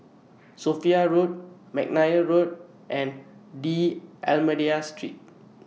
Sophia Road Mcnair Road and D'almeida Street